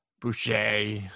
Boucher